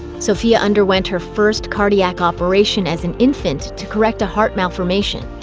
sophia underwent her first cardiac operation as an infant to correct a heart malformation.